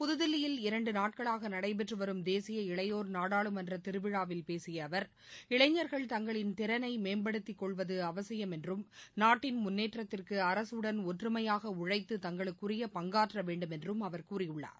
புதுதில்லியில் இரண்டு நாட்களாக நடைபெற்று வரும் தேசிய இளையோர் நாடாளுமன்ற திருவிழாவில் பேசிய அவர் இளைஞர்கள் தங்களின் திறளை மேம்படுத்திக் கொள்வது அவசியம் என்றும் நாட்டின் முன்னேற்றத்திற்கு அரகடன் ஒற்றுமையாக உழைத்து தங்களுக்குரிய பங்காற்ற வேண்டுமென்றும் அவர் கூறியுள்ளார்